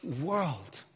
world